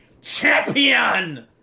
Champion